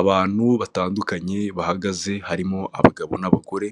Abantu batandukanye bahagaze harimo abagabo n'abagore,